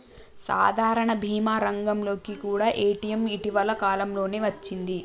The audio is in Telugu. సాధారణ భీమా రంగంలోకి కూడా పేటీఎం ఇటీవల కాలంలోనే వచ్చింది